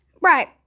right